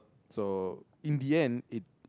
so in the end it